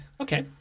Okay